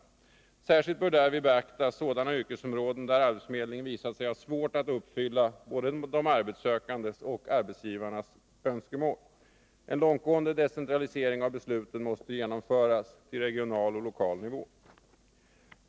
Särskilt bör därvid beaktas sådana yrkesområden där arbetsförmedlingen visat sig ha svårt att uppfylla både de arbetssökandes och arbetsgivarnas önskemål. En långtgående decentralisering av besluten måste genomföras på regional och lokal nivå.